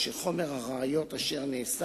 שאלה נוספת לחבר הכנסת אמסלם?